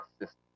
system